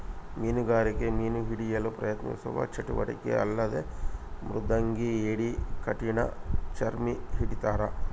ಮೀನುಗಾರಿಕೆ ಮೀನು ಹಿಡಿಯಲು ಪ್ರಯತ್ನಿಸುವ ಚಟುವಟಿಕೆ ಅಲ್ಲದೆ ಮೃದಂಗಿ ಏಡಿ ಕಠಿಣಚರ್ಮಿ ಹಿಡಿತಾರ